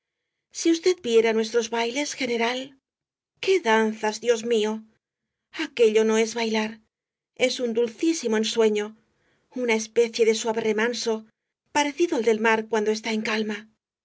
si usted viera nuestros bailes general qué danzas dios mío aquello no es bailar es un dulcísimo ensueño una especie de suave remanso parecido al del mar cuando está en calma